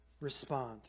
respond